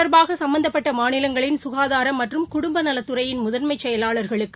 தொடர்பாகசம்பந்தப்பட்டமாநிலங்களின் இது சுகாதாரமற்றும் குடும்பநலதுறையின் முதன்மைசெயலாளா்களுக்கு